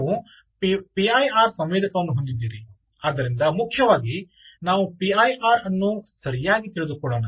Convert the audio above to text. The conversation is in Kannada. ನೀವು ಪಿಐಆರ್ ಸಂವೇದಕವನ್ನು ಹೊಂದಿದ್ದೀರಿ ಆದ್ದರಿಂದ ಮುಖ್ಯವಾಗಿ ನಾವು ಪಿಐಆರ್ ಅನ್ನು ಸರಿಯಾಗಿ ತಿಳಿದುಕೊಳ್ಳೋಣ